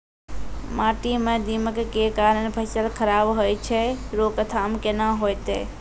माटी म दीमक के कारण फसल खराब होय छै, रोकथाम केना होतै?